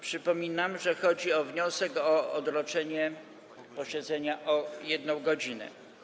Przypominam, że chodzi o wniosek o odroczenie posiedzenia o 1 godzinę.